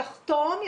יחתום,